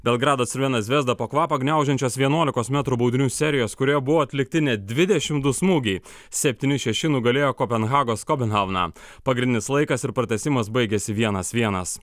belgrado crvena zvezda po kvapą gniaužiančios vienuolikos metrų baudinių serijos kurioje buvo atlikti net dvidešimt du smūgiai septyni šeši nugalėjo kopenhagos kobenhavną pagrindinis laikas ir pratęsimas baigėsi vienas vienas